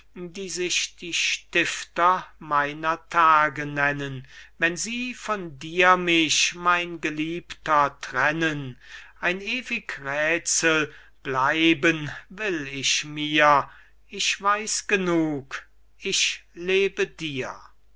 die sich die stifter meiner tage nennen wenn sie von dir mich mein geliebter trennen ein ewig räthsel bleiben will ich mir ich weiß genug ich lebe dir